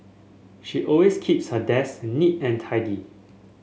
she always keeps her desk neat and tidy